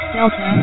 Delta